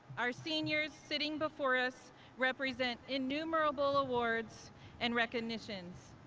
our seniors sitting before us represent innumerable awards and recognitions.